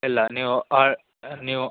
ಇಲ್ಲ ನೀವು ನೀವು